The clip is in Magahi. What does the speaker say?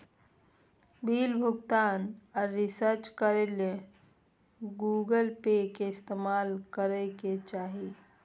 बिल भुगतान आर रिचार्ज करे ले गूगल पे के इस्तेमाल करय के चाही